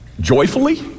joyfully